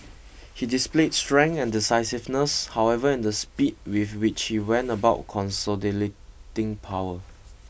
he displayed strength and decisiveness however in the speed with which he went consolidating power